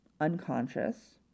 unconscious